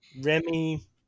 Remy